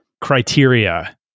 criteria